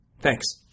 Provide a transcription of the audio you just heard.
Thanks